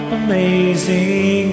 amazing